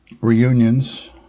Reunions